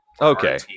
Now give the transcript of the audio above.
okay